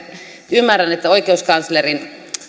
ymmärrän että oikeuskanslerin